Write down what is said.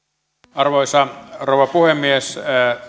arvoisa rouva puhemies